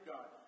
God